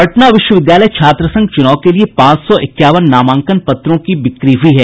पटना विश्वविद्यालय छात्र संघ चुनाव के लिए पांच सौ इक्यावन नामांकन पत्रों की बिक्री हुई है